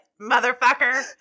motherfucker